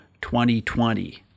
2020